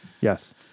Yes